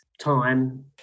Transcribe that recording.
time